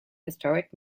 historic